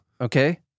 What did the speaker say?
Okay